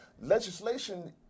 legislation